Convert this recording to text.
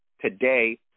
today